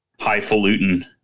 highfalutin